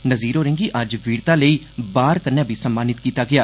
नज़ीर होरेंगी अज्ज वीरता लेई 'बार' कन्नै बी सम्मानित कीता गेआ